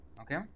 Okay